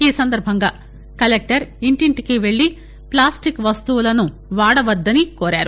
ఈ సందర్బంగా కలెక్టర్ ఇంటింటికి వెళ్లి ప్లాస్టిక్ వస్తువులను వాడవద్దని కోరారు